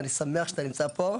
ואני שמח שאתה נמצא פה.